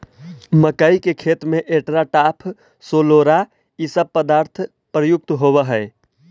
मक्कइ के खेत में एट्राटाफ, सोलोरा इ सब पदार्थ प्रयुक्त होवऽ हई